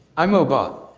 i'm obot.